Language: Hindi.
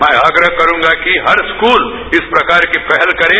मैं आग्रह करूंगा की हर स्कूल इस प्रकार की पहल करे